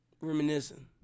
reminiscing